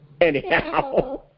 Anyhow